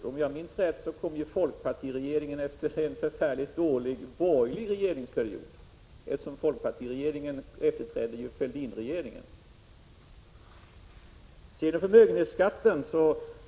Om jag minns rätt kom folkpartiregeringen efter en förfärligt dålig borgerlig regeringsperiod, eftersom folkpartiregeringen efterträdde Fälldinregeringen. Sedan till förmögenhetsskatten.